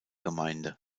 gemeinde